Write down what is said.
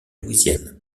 louisiane